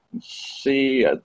see